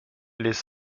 les